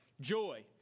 joy